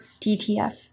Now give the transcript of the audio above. DTF